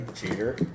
cheater